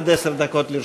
עד עשר דקות לרשותך.